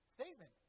statement